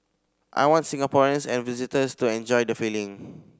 I want Singaporeans and visitors to enjoy the feeling